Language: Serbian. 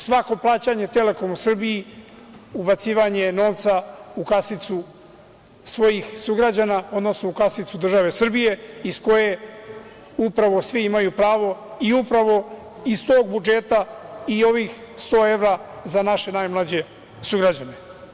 Svako plaćanje „Telokomu Srbija“, ubacivanje novca u kasicu svojih sugrađana, odnosno u kasicu države Srbije, iz koje upravo svi imaju pravo i upravo iz tog budžeta i ovih 100 evra za naše najmlađe sugrađane.